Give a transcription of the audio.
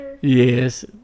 Yes